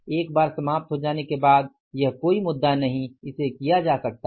एक बार समाप्त हो जाने के बाद यह कोई मुद्दा नही इसे किया जा सकता है